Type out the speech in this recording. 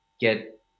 get